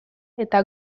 eta